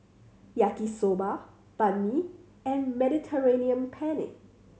Yaki Soba Banh Mi and Mediterranean Penne